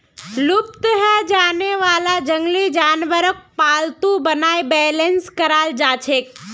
लुप्त हैं जाने वाला जंगली जानवरक पालतू बनाए बेलेंस कराल जाछेक